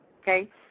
Okay